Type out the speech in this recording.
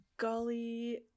Golly